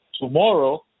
tomorrow